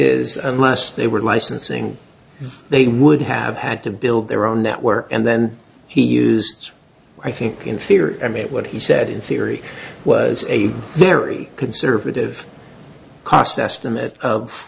is unless they were licensing they would have had to build their own network and then he used i think inferior i mean what he said in theory was a very conservative cost estimate of